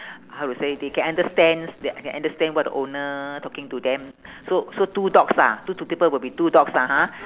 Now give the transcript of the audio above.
how to say they can understand they can understand what the owner talking to them so so two dogs lah two two people will be two dogs lah ha